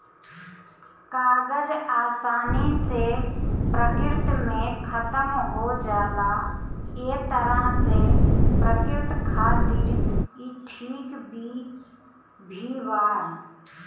कागज आसानी से प्रकृति में खतम हो जाला ए तरह से प्रकृति खातिर ई ठीक भी बा